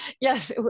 Yes